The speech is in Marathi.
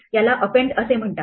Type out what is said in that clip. याला अपेंड असे म्हणतात